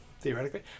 theoretically